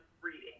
reading